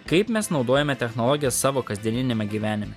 kaip mes naudojame technologijas savo kasdieniniame gyvenime